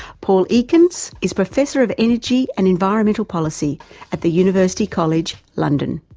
paul ekins is professor of energy and environment policy at the university college, london.